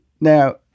Now